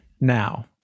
now